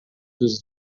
dos